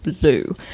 Blue